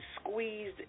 squeezed